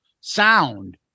sound